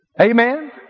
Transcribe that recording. Amen